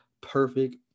perfect